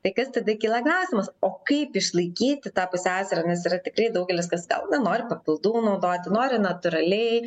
tai kas tada kyla klausimas o kaip išlaikyti tą pusiausvyrą nes yra tikrai daugelis kas gal nenori papildų naudoti nori natūraliai